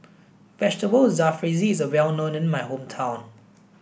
Vegetable Jalfrezi is well known in my hometown